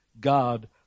God